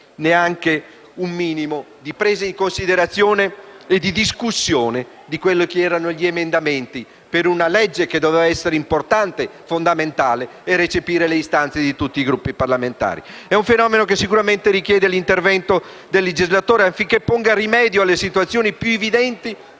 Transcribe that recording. Neanche un minimo di presa in considerazione e di discussione degli emendamenti per un provvedimento che doveva essere importante, fondamentale e che avrebbe dovuto recepire le istanze di tutti i Gruppi parlamentari. È un fenomeno che sicuramente richiede l'intervento del legislatore affinché ponga rimedio alle situazioni più evidenti